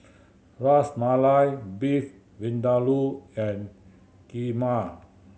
Ras Malai Beef Vindaloo and Kheema